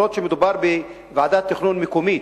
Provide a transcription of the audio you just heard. אף-על-פי שמדובר בוועדת תכנון מקומית,